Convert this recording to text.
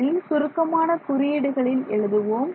முதலில் சுருக்கமான குறியீடுகளில் எழுதுவோம்